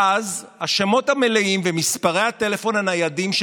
ואז השמות המלאים ומספרי הטלפון הניידים של